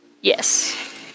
Yes